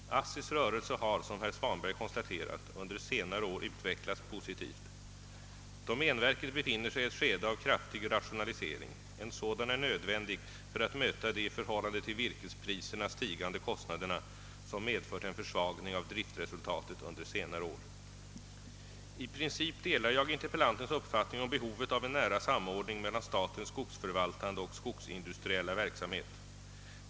ASSI:s rörelse har, som herr Svanberg konstaterat, under senare år utvecklats positivt. Domänverket befinner sig i ett skede av kraftig rationalisering. En sådan är nödvändig för att möta de i förhållande till virkespriserna stigande kostnaderna, som medfört en försvagning av driftsresultatet under senare år. I princip delar jag interpellantens uppfattning om behovet av en nära samordning mellan statens skogsförvaltande och skogsindustriella verksamhet.